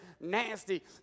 nasty